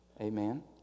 Amen